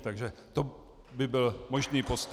Takže to by byl možný postup.